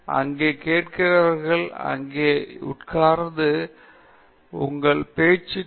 ஆகையால் அங்கே கேட்கிறவர்கள் அங்கே உட்கார்ந்து உங்கள் பேச்சுக்குச் செவிசாய்க்கிற பார்வையாளர்களின் நேரத்தை நீங்கள் மதிக்கிறீர்கள்